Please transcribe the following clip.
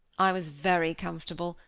i was very comfortable,